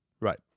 Right